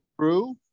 true